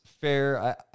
fair